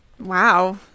Wow